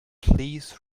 please